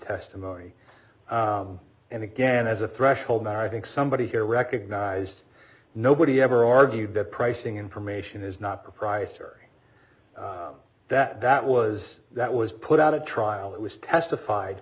testimony and again as a threshold i think somebody here recognized nobody ever argued that pricing information is not proprietary that that was that was put out a trial that was testified